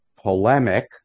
polemic